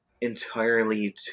entirely